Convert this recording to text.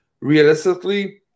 Realistically